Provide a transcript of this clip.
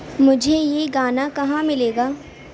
مجھے یہ گانا کہاں ملے گا